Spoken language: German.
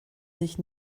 sich